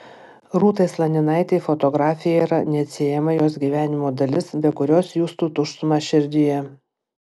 rūtai slaninaitei fotografija yra neatsiejama jos gyvenimo dalis be kurios justų tuštumą širdyje